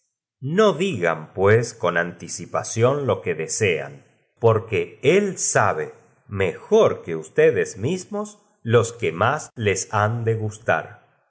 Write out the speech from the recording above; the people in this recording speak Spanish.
no digan pues con anticipación lo que desean porque él sabe mejor que ustede s mismos losque más les han de gustar